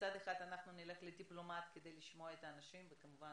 מצד אחד נלך לדיפלומט כדי לשמוע את האנשים, וכמובן